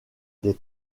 des